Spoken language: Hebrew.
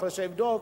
אחרי שיבדוק,